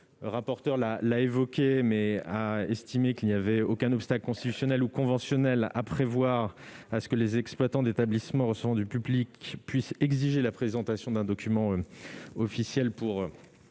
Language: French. le Conseil d'État a estimé qu'il n'y avait aucun obstacle constitutionnel ou conventionnel à prévoir que les exploitants d'établissements recevant du public puissent exiger la présentation d'un document officiel.